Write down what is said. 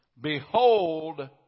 behold